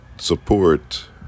support